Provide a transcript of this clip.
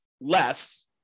less